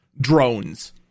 Drones